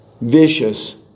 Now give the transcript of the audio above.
Vicious